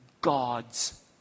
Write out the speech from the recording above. God's